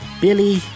Billy